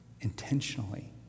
intentionally